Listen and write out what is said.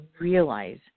realize